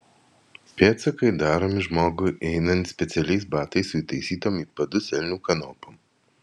pėdsakai daromi žmogui einant specialiais batais su įtaisytom į padus elnių kanopom